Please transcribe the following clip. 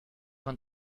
man